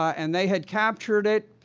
and they had captured it.